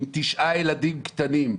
עם תשעה ילדים קטנים,